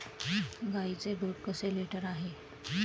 गाईचे दूध कसे लिटर आहे?